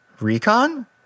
Recon